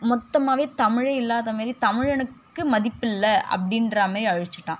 மொத்தமாகவே தமிழே இல்லாத மாரி தமிழனுக்கு மதிப்பு இல்லை அப்படின்றாமேரி அழிச்சிட்டான்